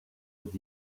with